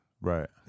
Right